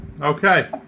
Okay